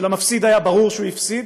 כשלמפסיד היה ברור שהוא הפסיד